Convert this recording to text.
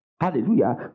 Hallelujah